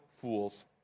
fools